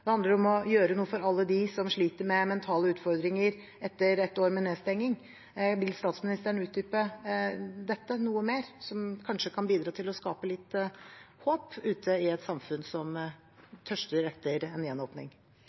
det handler om å gjøre noe for alle dem som sliter med mentale utfordringer etter ett år med nedstenging. Vil statsministeren utdype dette noe mer, som kanskje kan bidra til å skape litt håp ute i et samfunn som tørster etter en gjenåpning?